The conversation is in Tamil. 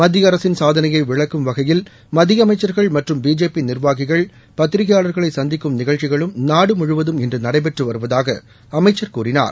மத்திய அரசின் சாதனையை விளக்கும் வகையில் மத்திய அமைச்சர்கள் மற்றும் பிஜேபி நிர்வாகிகள் பத்திரிகையாளர்களை சந்திக்கும் நிகழ்ச்சிகளும் நாடு முழுவதும் இன்று நடைபெற்று வருவதாக அமைச்சர் கூறினார்